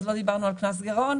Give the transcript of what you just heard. ועוד לא דיברנו על קנס גירעון,